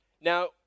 Now